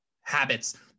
habits